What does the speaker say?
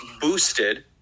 boosted